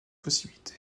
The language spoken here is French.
possibilité